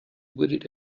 wooded